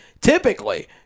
typically